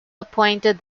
appointed